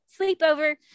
sleepover